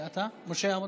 אתה, משה אבוטבול,